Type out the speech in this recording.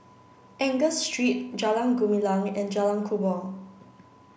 Angus Street Jalan Gumilang and Jalan Kubor